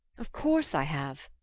of course i have.